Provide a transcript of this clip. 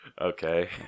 Okay